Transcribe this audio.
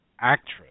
actress